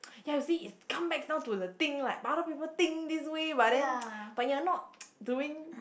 ya you see it's come back down to the thing like other people think this way but then but you are not doing